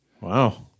wow